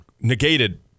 negated